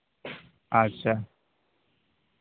ᱟᱪᱪᱷᱟ